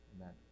amen